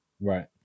Right